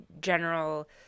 general